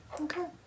Okay